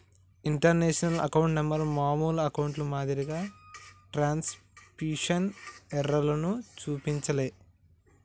international account number మామూలు అకౌంట్ల మాదిరిగా ట్రాన్స్క్రిప్షన్ ఎర్రర్లను చూపించలే